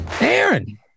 Aaron